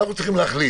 אנו צריכים להחליט